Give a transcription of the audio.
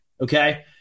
Okay